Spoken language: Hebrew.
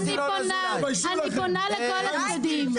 אני פונה לכל הצדדים,